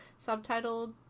subtitled